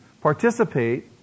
Participate